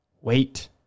wait